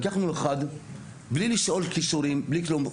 לקחנו אחד בלי לשאול כישורים, בלי כלום.